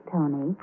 Tony